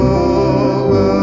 over